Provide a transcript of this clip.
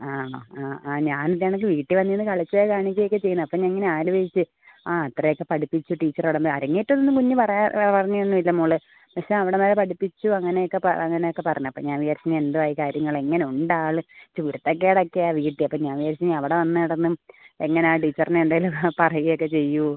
ആണോ ആ ആ ഞാൻ വീട്ടിൽ വന്ന് നിന്ന് കളിച്ച് കാണിക്കുകയൊക്കെ ചെയ്യുന്നതാണ് അപ്പോൾ ഞാൻ ഇങ്ങനെ ആലോചിച്ച് ആ ഇത്രയും ഒക്കെ പഠിപ്പിച്ച ടീച്ചറോടൊന്ന് അരങ്ങേറ്റം എന്നൊന്നും കുഞ്ഞ് പറയാ ആ പറഞ്ഞൊന്നും ഇല്ല മോള് പഷേ അവിടെ വരെ പഠിപ്പിച്ചു അങ്ങനെയൊക്കെ പ അങ്ങനെ ഒക്കെ പറഞ്ഞ് അപ്പോൾ ഞാൻ വിചാരിച്ച് എന്തായി കാര്യങ്ങള് എങ്ങനെ ഉണ്ട് കുരുത്തക്കേടൊക്കെ വീട്ടിൽ അപ്പോൾ ഞാൻ വിചാരിച്ചു അവിടെ വന്ന് കിടന്നും എങ്ങനെയാണ് ടീച്ചറിനെ എന്തേലും പറയുകയൊക്കെ ചെയ്യുമോ